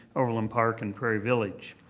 overland park and prairie village.